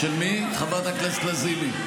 של מי, חברת הכנסת לזימי?